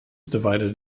divided